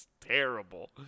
terrible